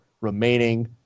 remaining